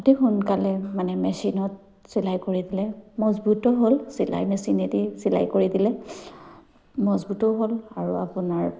অতি সোনকালে মানে মেচিনত চিলাই কৰি দিলে মজবুতো হ'ল চিলাই মেচিনেদি চিলাই কৰি দিলে মজবুতো হ'ল আৰু আপোনাৰ